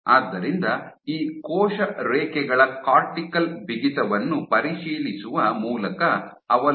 ಆದ್ದರಿಂದ ಈ ಕೋಶ ರೇಖೆಗಳ ಕಾರ್ಟಿಕಲ್ ಬಿಗಿತವನ್ನು ಪರಿಶೀಲಿಸುವ ಮೂಲಕ ಅವಲೋಕಿಸಲಾಗಿದೆ